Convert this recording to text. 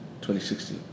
2016